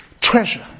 treasure